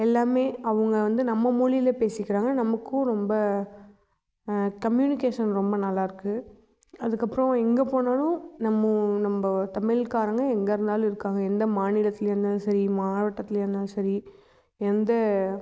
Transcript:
எல்லாமே அவங்க வந்து நம்ம மொழியில் பேசிக்கிறாங்க நமக்கும் ரொம்ப கம்யூனிகேஷன் ரொம்ப நல்லாயிருக்கு அதுக்கப்றம் எங்கே போனாலும் நம்மூர் நம்ம தமிழ்காரங்க எங்கே இருந்தாலும் இருக்காங்க எந்த மாநிலத்திலையா இருந்தாலும் சரி மாவட்டத்திலையா இருந்தாலும் சரி எந்த